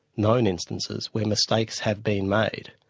known instances, where mistakes have been made.